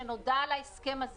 כשנודע על ההסכם הזה